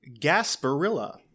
Gasparilla